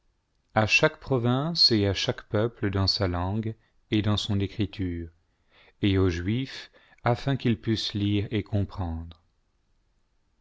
à chaque province et à chaque peuple dans sa langue et dans son écriture et aux juifs afin qu'ils pussent lire et comprendre